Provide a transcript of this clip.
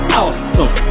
awesome